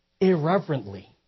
irreverently